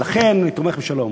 ולכן אני תומך בשלום.